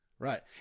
Right